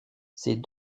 ces